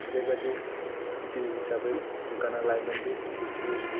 ओरैबादि गिबि हिसाबै दुगाना लायोमोनदि बिसि